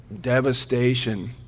devastation